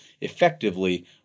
effectively